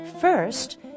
First